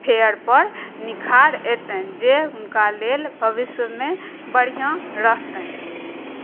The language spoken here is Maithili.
फेयरपर निखार अयतनि जे हुनका लेल भविष्यमे बढ़िआँ रहतनि